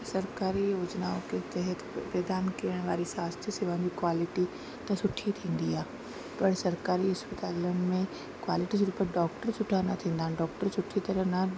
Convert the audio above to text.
सरकारी योजनाऊं की तहत प्रदान करण वारी स्वास्थ्य सेवा जी क्वालिटी त सुठी थींदी आहे पर सरकारी इस्पतालुनि में क्वालिटी सुठी पर डॉक्टर सुठा न थींदा आहिनि डॉक्टर सुठी तरह न